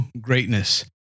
greatness